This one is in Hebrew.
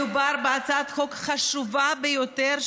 מדובר בהצעת חוק חשובה ביותר,